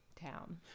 town